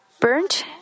burnt